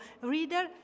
reader